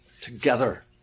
together